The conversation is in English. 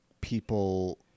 people